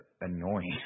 annoying